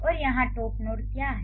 और यहाँ top node क्या है